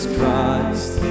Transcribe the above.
Christ